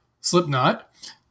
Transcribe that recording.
Slipknot